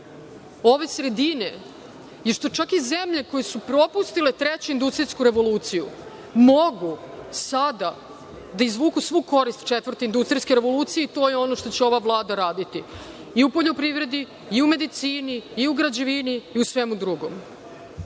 ove sredine je što čak i zemlje koje su propustile treću industrijsku revoluciju mogu sada da izvuku svu korist četvrte industrijske revolucije. To je ono što će ova Vlada raditi i u poljoprivredi i u medicini i u građevini i u svemu drugom. Što